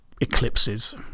eclipses